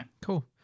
Cool